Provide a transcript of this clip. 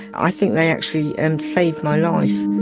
i think they actually and saved my life.